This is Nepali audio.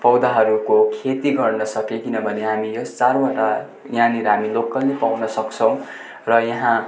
पौधाहरूको खेती गर्न सके किनभने हामी यस चारवटा यहाँनिर हामी लोकल्ली पाउन सक्छौँ र यहाँ